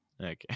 Okay